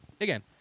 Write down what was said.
again